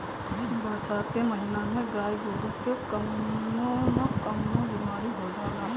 बरसात के महिना में गाय गोरु के कउनो न कउनो बिमारी हो जाला